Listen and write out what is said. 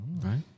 Right